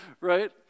right